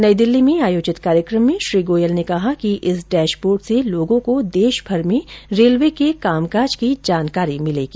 नई दिल्ली में आयोजित कार्यक्रम में श्री गोयल ने कहा कि इस डैशबोर्ड से लोगों को देश भर में रेलवे के कामकाज की जानकारी मिलेगी